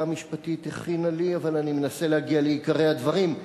המשפטית הכינה לי ואני מנסה להגיע לעיקרי הדברים.